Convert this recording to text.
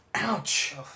Ouch